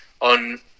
on